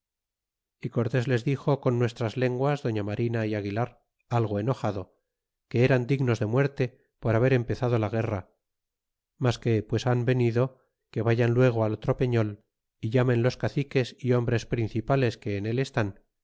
y cortes les dixo con nuestras lenguas doña marina y aguilar algo enojado que eran dignos de muerte por haber empezado la guerra mas que pues han venido que vayan luego al otro peñol llamen los caciques é hombres principales que en él estn